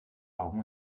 augen